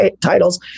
titles